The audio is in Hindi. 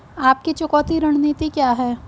आपकी चुकौती रणनीति क्या है?